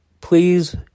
please